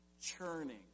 churning